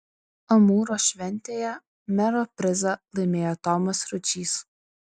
amūro šventėje mero prizą laimėjo tomas ručys